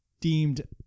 deemed